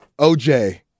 OJ